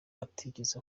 atigeze